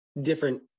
different